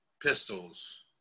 pistols